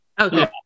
Okay